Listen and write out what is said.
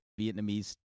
Vietnamese